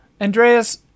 Andreas